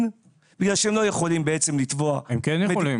בגלל שהם לא יכולים לתבוע --- הם כן יכולים.